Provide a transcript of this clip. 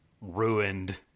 ruined